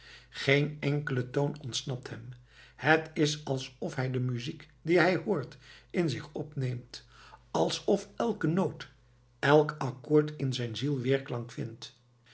geen enkele toon ontsnapt hem het is alsof hij de muziek die hij hoort in zich opneemt alsof elke noot elk accoord in zijn ziel weerklank vindt